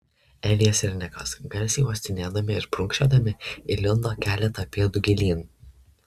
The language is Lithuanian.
elijas ir nikas garsiai uostinėdami ir prunkščiodami įlindo keletą pėdų gilyn